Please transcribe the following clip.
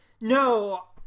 No